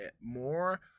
more